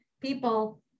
people